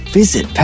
visit